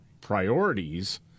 priorities